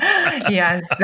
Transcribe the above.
Yes